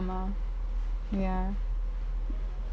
ya